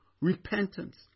repentance